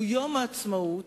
יום העצמאות,